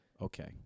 Okay